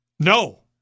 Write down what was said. No